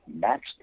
max